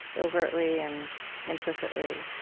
overtly and implicitly,